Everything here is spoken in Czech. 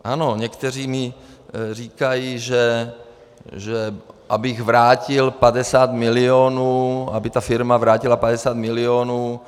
Ano, někteří mi říkají, abych vrátil 50 milionů, aby ta firma vrátila 50 milionů.